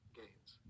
gains